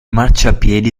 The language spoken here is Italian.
marciapiedi